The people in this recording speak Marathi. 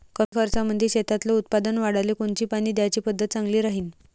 कमी खर्चामंदी शेतातलं उत्पादन वाढाले कोनची पानी द्याची पद्धत चांगली राहीन?